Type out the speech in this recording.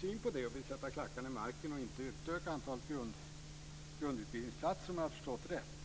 syn. Man vill sätta klackarna i marken och inte utöka antalet grundutbildningsplatser, om jag har förstått rätt.